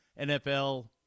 NFL